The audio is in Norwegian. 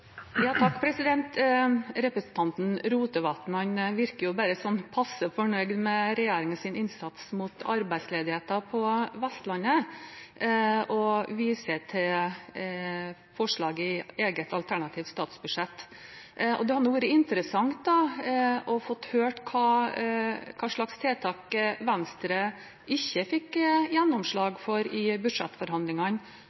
Representanten Rotevatn virker bare sånn passe fornøyd med regjeringens innsats mot arbeidsledigheten på Vestlandet og viser til forslag i eget alternative statsbudsjett. Det hadde vært interessant å få høre hva slags tiltak Venstre ikke fikk